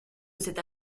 cette